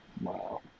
Wow